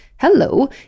hello